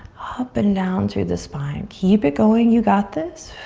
up and down through the spine. keep it going, you got this.